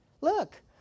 Look